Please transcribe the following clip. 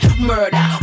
Murder